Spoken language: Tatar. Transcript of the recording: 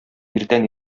иртән